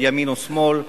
ימין או שמאל,